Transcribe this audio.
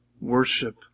worship